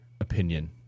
opinion